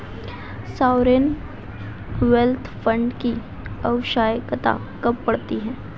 Sovereign wealth fund की आवश्यकता कब पड़ती है?